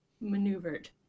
maneuvered